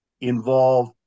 involve